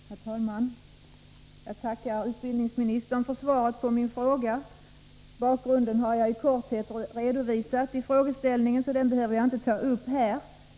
Herr talman! Jag tackar utbildningsministern för svaret på min fråga. Bakgrunden har jag i korthet redovisat i frågeställningen, så den behöver jag inte ta upp här.